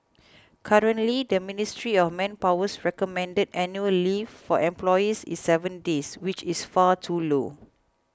currently the Ministry of Manpower's recommended annual leave for employees is seven days which is far too low